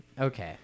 Okay